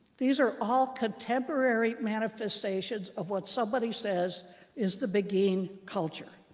these are all contemporary manifestations of what somebody says is the beguine culture.